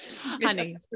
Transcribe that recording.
Honey